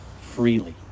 freely